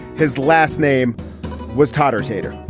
his last name was totters hater.